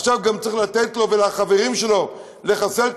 עכשיו גם צריך לתת לו ולחברים שלו לחסל את